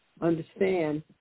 understand